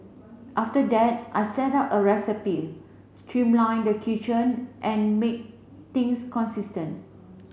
after that I set up a recipe streamline the kitchen and make things consistent